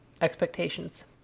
expectations